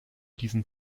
diesen